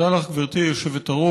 תודה לך, גברתי היושבת-ראש.